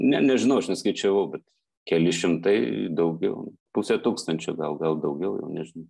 ne nežinau aš neskaičiavau bet keli šimtai daugiau pusė tūkstančio gal gal daugiau jau nežinau